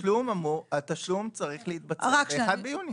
התשלום צריך להתבצע ב-1 ביוני.